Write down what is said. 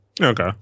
Okay